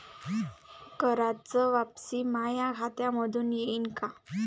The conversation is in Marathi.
कराच वापसी माया खात्यामंधून होईन का?